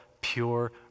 pure